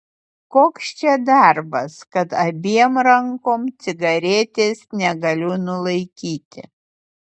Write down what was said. koks čia darbas kad abiem rankom cigaretės negaliu nulaikyti